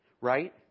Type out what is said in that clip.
Right